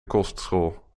kostschool